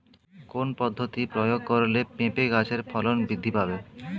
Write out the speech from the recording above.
কোন পদ্ধতি প্রয়োগ করলে পেঁপে গাছের ফলন বৃদ্ধি পাবে?